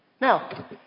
Now